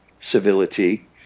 civility